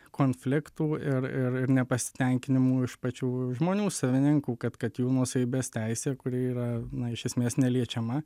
konfliktų ir ir nepasitenkinimų iš pačių žmonių savininkų kad kad jų nuosavybės teisė kuri yra na iš esmės neliečiama